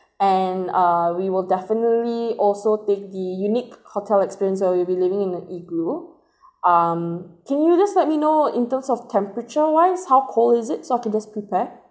and uh we will definitely also take the unique hotel experience where we will be living in an igloo um can you just let me know in terms of temperature wise how cold is it so I can just prepare